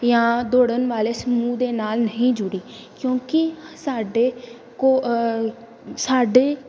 ਜਾਂ ਦੌੜਨ ਵਾਲੇ ਸਮੂਹ ਦੇ ਨਾਲ ਨਹੀਂ ਜੁੜੀ ਕਿਉਂਕਿ ਸਾਡੇ ਕੋ ਸਾਡੇ